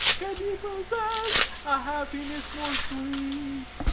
can you possess a happiness more sweet?